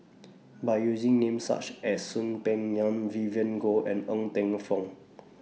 By using Names such as Soon Peng Yam Vivien Goh and Ng Teng Fong